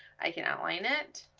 i can outline it.